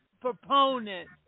proponent